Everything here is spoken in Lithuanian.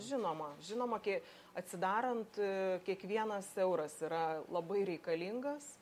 žinoma žinoma kie atsidarant kiekvienas euras yra labai reikalingas